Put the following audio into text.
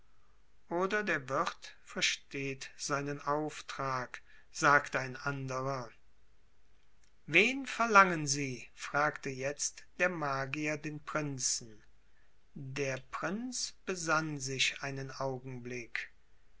oder der wirt versteht seinen auftrag sagte ein anderer wen verlangen sie fragte jetzt der magier den prinzen der prinz besann sich einen augenblick